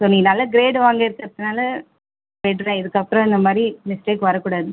so நீ நல்ல grade வாங்கியிருக்கறதுனால விடுறேன் இதுக்கப்றம் இந்த மாதிரி மிஸ்டேக் வரக்கூடாது